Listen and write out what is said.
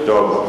טוב,